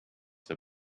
the